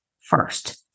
first